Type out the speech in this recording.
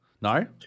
No